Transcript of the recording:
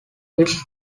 its